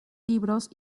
libros